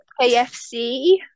KFC